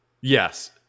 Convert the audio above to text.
Yes